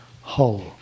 whole